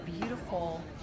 beautiful